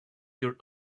your